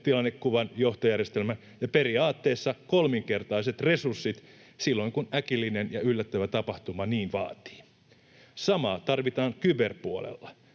tilannekuvan, johtojärjestelmän ja periaatteessa kolminkertaiset resurssit silloin, kun äkillinen ja yllättävä tapahtuma niin vaatii. Samaa tarvitaan kyberpuolella.